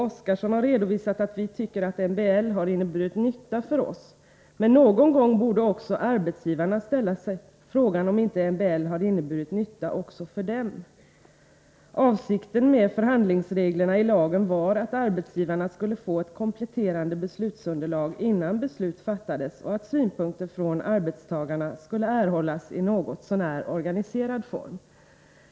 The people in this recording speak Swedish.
Oscarsson har redovisat att vi tycker att MBL har inneburit nytta för oss, men någon gång borde också arbetsgivarna ställa sig frågan om inte MBL har inneburit nytta också för dem. Avsikten med förhandlingsreglerna i lagen var att arbetsgivarna skulle få ett kompletterande beslutsunderlag innan beslut fattades och att synpunkter från arbetstagarna skulle erhållas i något så när organiserad form.